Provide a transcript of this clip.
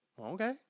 Okay